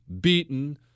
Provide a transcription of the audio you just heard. beaten